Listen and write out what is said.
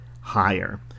higher